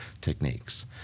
techniques